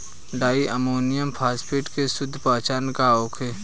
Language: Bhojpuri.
डाइ अमोनियम फास्फेट के शुद्ध पहचान का होखे?